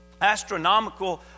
astronomical